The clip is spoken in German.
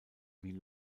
wie